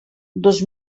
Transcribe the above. dos